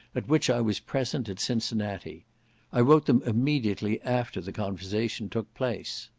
at which i was present, at cincinnati i wrote them immediately after the conversation took place.